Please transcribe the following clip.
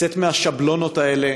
לצאת מהשבלונות האלה,